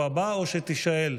לשבוע הבא, או שתישאל?